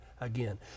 again